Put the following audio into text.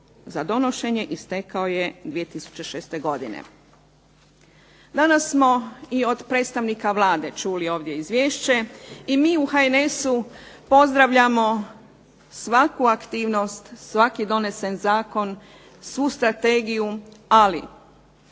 za donošenje istekao je 2006. godine. Danas smo i od predstavnika Vlade čuli ovdje izvješće i mi u HNS-u pozdravljamo svaku aktivnost, svaki donesen zakon, svu strategiju, ali